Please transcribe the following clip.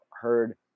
heard